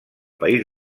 país